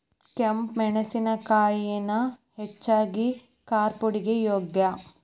ಕೆಂಪ ಮೆಣಸಿನಕಾಯಿನ ಹೆಚ್ಚಾಗಿ ಕಾರ್ಪುಡಿಗೆ ಯೋಗ್ಯ